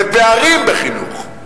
בפערים בחינוך,